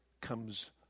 comes